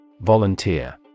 Volunteer